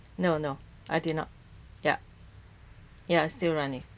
no no I did not yup ya still running